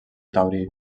taurí